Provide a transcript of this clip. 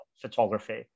photography